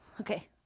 Okay